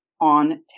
on